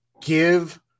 Give